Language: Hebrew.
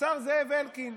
השר זאב אלקין,